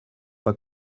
pas